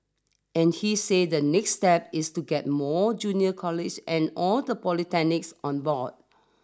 and he say the next step is to get more junior college and all the polytechnics on board